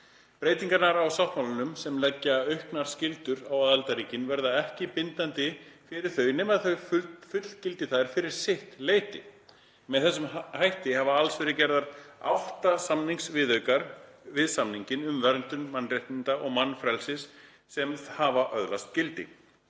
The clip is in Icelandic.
Breytingar á sáttmálanum, sem leggja auknar skyldur á aðildarríkin, verða ekki bindandi fyrir þau nema þau fullgildi þær fyrir sitt leyti. Með þessum hætti hafa alls verið gerðir átta samningsviðaukar við samninginn um verndun mannréttinda og mannfrelsis sem hafa öðlast gildi.